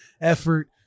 effort